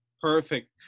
Perfect